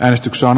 äänestyksen